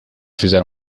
fizer